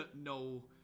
no